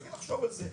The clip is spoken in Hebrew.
צריך לחשוב על זה.